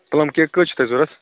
plum cake کٕژ چھِ تۄہہِ ضوٚرتھ